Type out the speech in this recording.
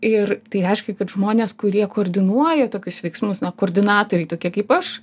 ir tai reiškia kad žmonės kurie koordinuoja tokius veiksmus na koordinatoriai tokie kaip aš